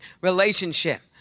relationship